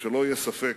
ושלא יהיה ספק,